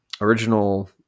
original